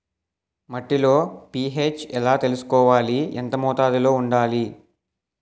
మట్టిలో పీ.హెచ్ ఎలా తెలుసుకోవాలి? ఎంత మోతాదులో వుండాలి?